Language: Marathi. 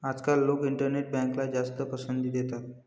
आजकाल लोक इंटरनेट बँकला जास्त पसंती देतात